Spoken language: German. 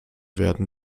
werden